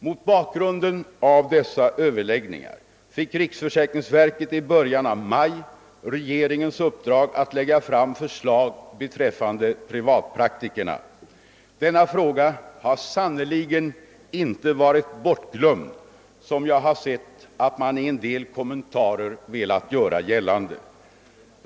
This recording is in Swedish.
Mot bakgrunden av dessa överläggningar fick riksförsäkringsverket i början av maj regeringens uppdrag att lägga fram förslag beträffande privatpraktikerna. Denna fråga har sannerligen inte varit bortglömd, som jag har sett att man i en del kommentarer velat göra gällande.